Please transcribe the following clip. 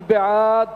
מי בעד?